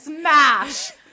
smash